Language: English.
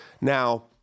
Now